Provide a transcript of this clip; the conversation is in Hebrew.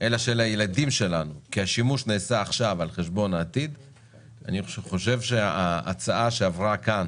אלא של הילדים שלנו, אני חושב שההצעה שעברה כאן